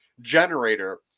generator